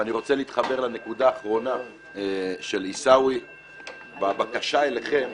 ואני רוצה להתחבר לנקודה האחרונה של עיסאווי בבקשה אליכם